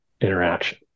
interaction